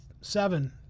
seven